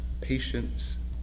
patience